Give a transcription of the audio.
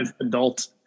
adult